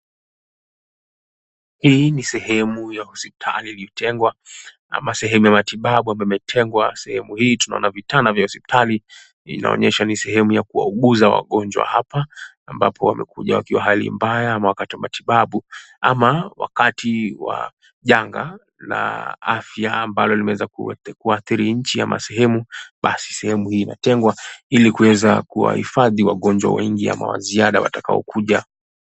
Hii ni sehemu ya hosipitali iliyotengwa ama sehemu ya matibabu ambapo imetengwa, sehemu hii tunaona vitanda vya hosipitali inaonyesha ni sehemu ya kuwauguza wagonjwa hapa ambapo wamekuja wakiwa hali mbaya ama wakati wa matibabu ama wakati wa janga la afya ambalo limeweza kuathiri nchi ama sehemu basi sehemu hii imetengwa hili kuweza kuwahifadhi wagonjwa wengi ama waziada watakayo kuja.